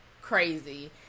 crazy